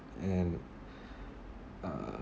and uh